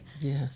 Yes